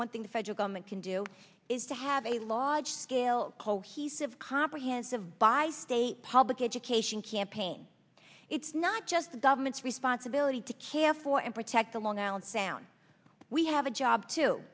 thing the federal government can do is to have a lot scale cohesive comprehensive by state public education campaign it's not just government's responsibility to care for and protect the long island sound we have a job to